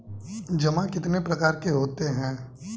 जमा कितने प्रकार के होते हैं?